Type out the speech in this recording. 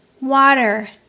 water